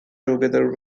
together